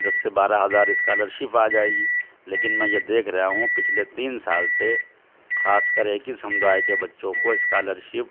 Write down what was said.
دس سے بارہ ہزار اسکالرشپ آ جائے گی لیکن میں یہ دیکھ ریا ہوں پچھلے تین سال سے خاص کر ایک ہی سمودائے کے بچوں کو اسکالرشپ